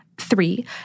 Three